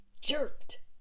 jerked